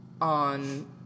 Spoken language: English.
on